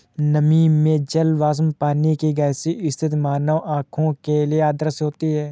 नमी में जल वाष्प पानी की गैसीय स्थिति मानव आंखों के लिए अदृश्य होती है